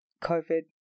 covid